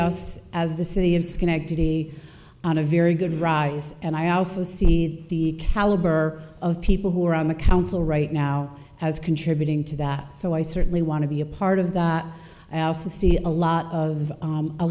us as the city of schenectady on a very good rise and i also see the caliber of people who are on the count so right now as contributing to that so i certainly want to be a part of that i also see a lot of